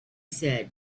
said